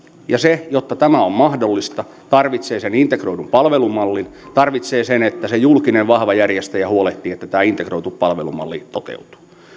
ja se että tämä on mahdollista tarvitsee sen integroidun palvelumallin ja sen että se julkinen vahva järjestäjä huolehtii että tämä integroitu palvelumalli toteutuu